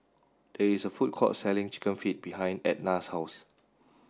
there is a food court selling chicken feet behind Ednah's house